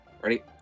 Ready